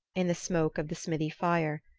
in the smoke of the smithy fire,